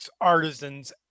artisans